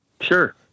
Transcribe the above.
Sure